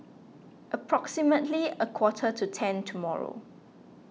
approximately a quarter to ten tomorrow